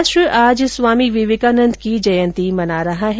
राष्ट्र आज स्वामी विवेकानन्द की जयन्ती मना रहा है